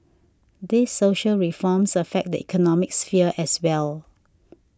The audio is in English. these social reforms affect the economic sphere as well